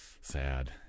Sad